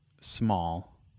small